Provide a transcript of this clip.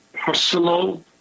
Personal